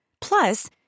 Plus